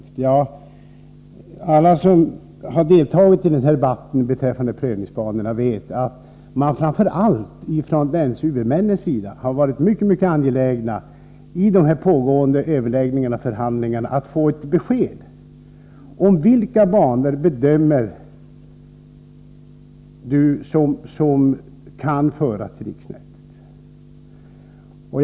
Jo, alla som har deltagit i debatten beträffande prövningsbanorna vet att framför allt länshuvudmännen har varit mycket angelägna att under pågående förhandlingar få ett besked om vilka banor som jag bedömer kan föras till riksnätet.